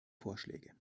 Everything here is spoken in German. vorschläge